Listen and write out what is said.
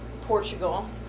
portugal